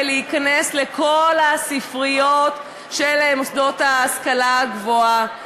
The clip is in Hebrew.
להיכנס לכל הספריות של מוסדות ההשכלה הגבוהה.